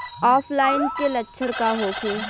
ऑफलाइनके लक्षण का होखे?